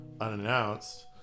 unannounced